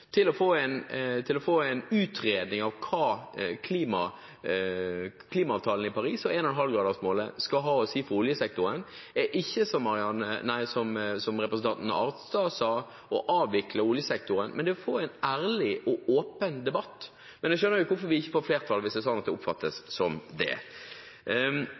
til å få en utredning av hva klimaavtalen i Paris og 1,5-gradersmålet skal ha å si for oljesektoren, er ikke som representanten Arnstad sa, å avvikle oljesektoren, men å få en ærlig og åpen debatt. Men jeg skjønner hvorfor vi ikke får flertall hvis det er sånn at det oppfattes som det.